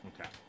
Okay